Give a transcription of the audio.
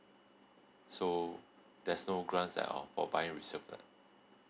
so there's no grants at all for buying resale flat